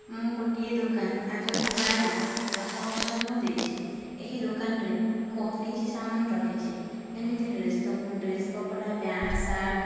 ମୁଁ ଗୋଟିଏ ଦୋକାନ ଆଜକୁ ପ୍ରାୟ ଦଶ ବର୍ଷ ହେବ ଦେଇଛି ଏହି ଦୋକାନରେ ବହୁତ କିଛି ସାମାନ ରଖିଛି ଯେମିତି ଡ୍ରେସ୍ ଦୋକାନ ଡ୍ରେସ୍ କପଡ଼ା ପ୍ୟାଣ୍ଟସାର୍ଟ